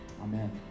Amen